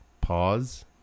Pause